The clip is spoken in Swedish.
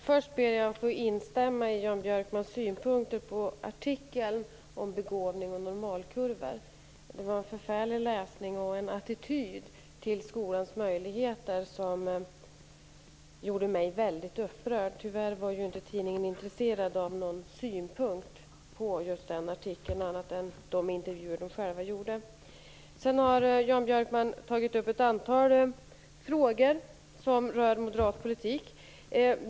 Herr talman! Först ber jag att få instämma i Jan Björkmans synpunkter på artikeln om begåvning och normalkurvor. Det var en förfärlig läsning och uttryck för en attityd till skolans möjligheter som gjorde mig väldigt upprörd. Tyvärr var man på tidningen inte intresserad av några synpunkter på den artikeln utöver de intervjuer som man själv gjorde. Jan Björkman tog upp ett antal frågor som rör moderat politik.